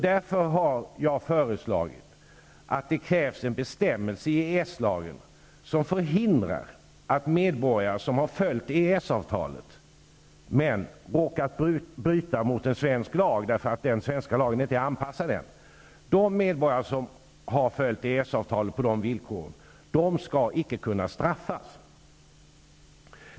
Därför har jag förslagit att det sätts in en bestämmelse i EES-lagen som förhindrar att medborgare som har följt EES-avtalet men råkat bryta mot en svensk lag, därför att den svenska lagen ännu inte är anpassad, icke skall kunna straffas.